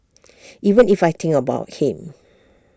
even if I think about him